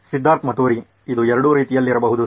ಸಿದ್ಧಾರ್ಥ್ ಮತುರಿ ಇದು ಎರಡೂ ರೀತಿಯಲ್ಲಿರಬಹುದು ಸರ್